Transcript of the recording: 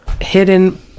hidden